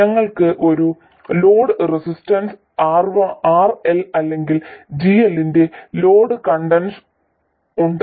ഞങ്ങൾക്ക് ഒരു load resistance RL അല്ലെങ്കിൽ GL ന്റെ ലോഡ് കണ്ടക്ടൻസ് ഉണ്ട്